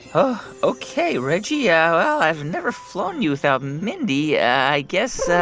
ok, reggie. ah well, i've never flown you without mindy. i guess.